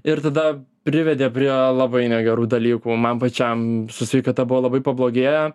ir tada privedė prie labai negerų dalykų man pačiam su sveikata buvo labai pablogėję